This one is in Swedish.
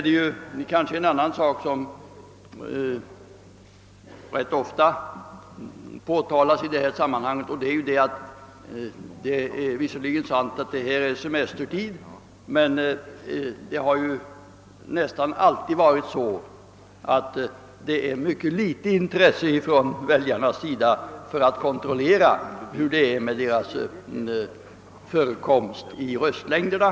Det är visserligen sant att juli är semestertid, vilket ofta har understrukits i detta sammanhang, men väljarna har alltid visat mycket litet intresse av att kontrollera hur det är med deras förekomst i röstlängderna.